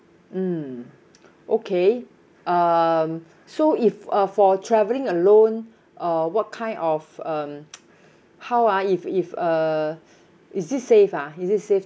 mm okay um so if uh for travelling alone uh what kind of um how ah if if uh is it safe ah is it safe